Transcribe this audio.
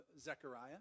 Zechariah